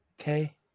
Okay